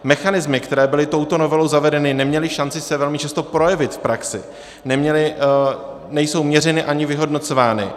Mechanismy, které byly touto novelou zavedeny, neměly šanci se velmi často projevit v praxi, nejsou měřeny ani vyhodnocovány.